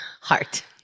Heart